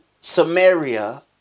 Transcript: Samaria